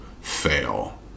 fail